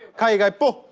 chi pa?